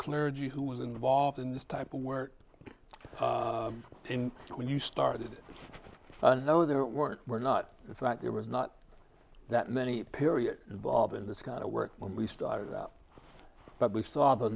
clergy who was involved in this type of work when you started no there weren't were not in fact there was not that many period involved in this kind of work when we started out but we saw the